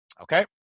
Okay